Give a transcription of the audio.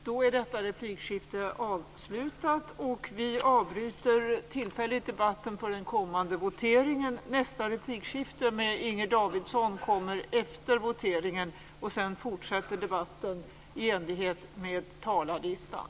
Då är detta replikskifte avslutat, och vi avbryter tillfälligt debatten för den kommande voteringen. Nästa replikskifte kommer efter voteringen, och sedan fortsätter debatten i enlighet med talarlistan.